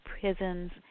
Prisons